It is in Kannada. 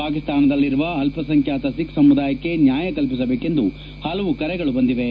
ಪಾಕಿಸ್ತಾನದಲ್ಲಿರುವ ಅಲ್ಲಸಂಖ್ಯಾತ ಸಿಖ್ ಸಮುದಾಯಕ್ಕೆ ನ್ನಾಯ ಕಲ್ಲಿಸಬೇಕೆಂದು ಹಲವು ಕರೆಗಳು ಬಂದಿವೆ